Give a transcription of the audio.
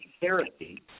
therapy